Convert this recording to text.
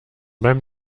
beim